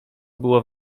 było